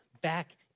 back